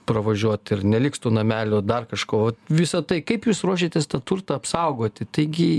pravažiuot ir neliks tų namelių dar kažko vat visa tai kaip jūs ruošiatės tą turtą apsaugoti taigi